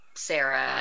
Sarah